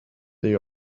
they